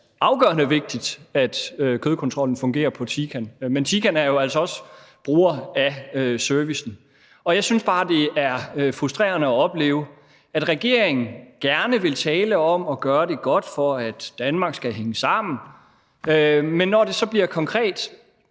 afgørende vigtigt, at kødkontrollen fungerer på Tican. Men Tican er jo altså også bruger af servicen. Jeg synes bare, det er frustrerende at opleve, at regeringen gerne vil tale om at gøre det godt, for at Danmark skal hænge sammen, men når det så bliver konkret,